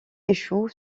échoue